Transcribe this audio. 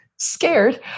scared